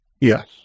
Yes